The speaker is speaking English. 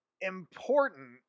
important